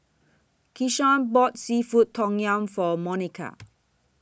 Keshaun bought Seafood Tom Yum For Monika